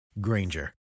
Granger